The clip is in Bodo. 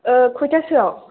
खयथासोयाव